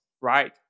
right